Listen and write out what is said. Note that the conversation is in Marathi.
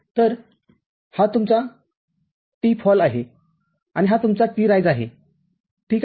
तर हा तुमचा t fall आहे आणि हा तुमचा t rise आहे ठीक आहे